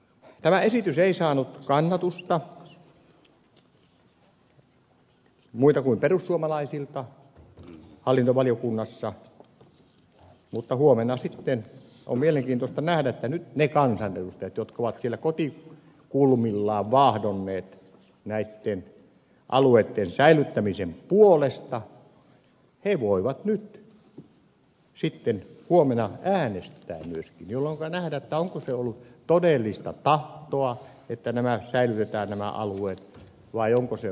tämä esitys ei saanut kannatusta muilta kuin perussuomalaisilta hallintovaliokunnassa mutta huomenna on sitten mielenkiintoista nähdä että nyt ne kansanedustajat jotka ovat siellä kotikulmillaan vaahdonneet näitten alueitten säilyttämisen puolesta voivat nyt sitten huomenna myöskin äänestää jolloinka nähdään onko se ollut todellista tahtoa että nämä alueet säilytetään vai onko se ollut vain puhetta